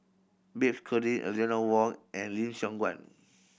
Bafe Conde Eleanor Wong and Lim Siong Guan